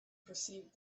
perceived